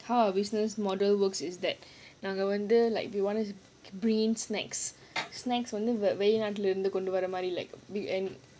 how our business model works is that நாங்க வந்து:naanga vandhu like you want to bring snacks snacks வந்து:vandhu weekend